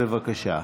בבקשה.